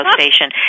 station